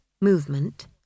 movement